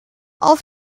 auf